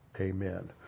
Amen